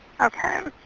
Okay